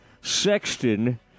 sexton